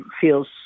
feels